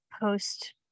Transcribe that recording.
post